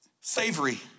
savory